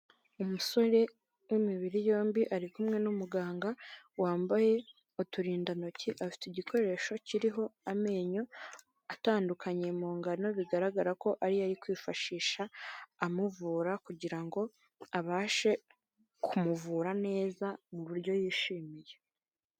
Umusore w'imibiri yombi ari kumwe n'umuganga wambaye uturindantoki, afite igikoresho kiriho amenyo atandukanye mu ngano bigaragara ko ariyo ari kwifashisha amuvura kugirango abashe kumuvura neza mu buryo yishimiye.